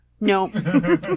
No